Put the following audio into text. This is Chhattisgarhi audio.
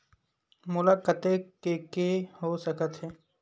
मोला कतेक के के हो सकत हे?